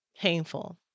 painful